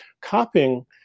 copying